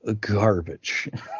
garbage